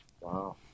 Wow